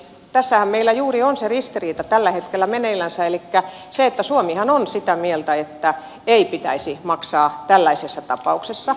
tässähän meillä juuri on se ristiriita tällä hetkellä meneillänsä elikkä suomihan on sitä mieltä että ei pitäisi maksaa tällaisessa tapauksessa